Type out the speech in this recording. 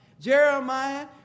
Jeremiah